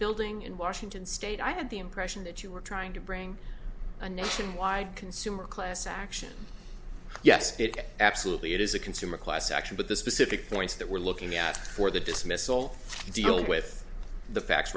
building in washington state i had the impression that you were trying to bring a nationwide consumer class action yesterday absolutely it is a consumer class action but the specific points that we're looking at for the dismissal dealing with the facts